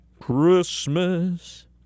Christmas